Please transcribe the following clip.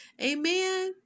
Amen